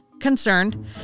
concerned